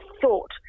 thought